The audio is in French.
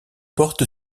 porte